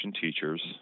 teachers